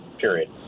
period